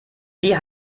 wie